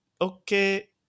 okay